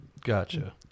Gotcha